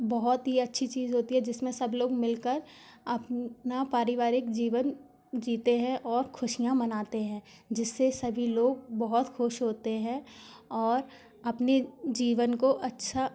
बहुत ही अच्छी चीज़ होती है जिसमें सब लोग मिल कर अपना पारिवारिक जीवन जीते हैं और खुशियाँ मनाते हैं जिससे सभी लोग बहुत खुश होते हैं और अपने जीवन को अच्छा